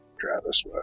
Travis